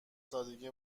سادگی